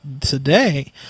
today